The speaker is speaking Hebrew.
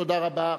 תודה רבה,